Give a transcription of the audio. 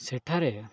ସେଠାରେ